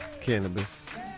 cannabis